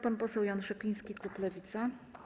Pan poseł Jan Szopiński, klub Lewica.